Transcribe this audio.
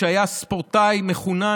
שהיה ספורטאי מחונן,